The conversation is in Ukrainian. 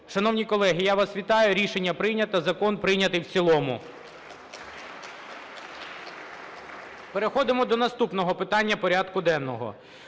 позафракційні – 20. Дякую. Рішення прийнято. Закон прийнятий в цілому. Переходимо до наступного питання порядку денного.